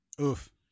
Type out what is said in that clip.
Oof